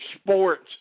sports